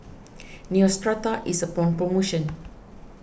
Neostrata is upon promotion